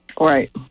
Right